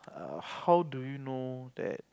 err how do you know that